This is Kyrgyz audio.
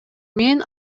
мен